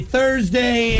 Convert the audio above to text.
Thursday